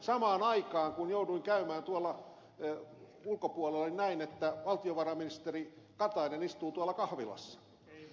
samaan aikaan kun jouduin käymään tuolla ulkopuolella näin että valtiovarainministeri katainen istuu tuolla kahvilassa